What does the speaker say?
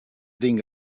tinc